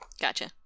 gotcha